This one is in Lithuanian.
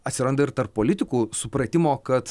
atsiranda ir tarp politikų supratimo kad